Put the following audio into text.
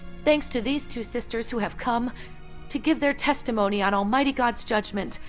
thanks to these two sisters who have come to give their testimony on almighty god's judgment,